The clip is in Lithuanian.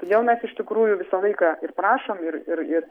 todėl mes iš tikrųjų visą laiką ir prašom ir ir ir